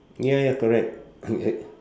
ya ya correct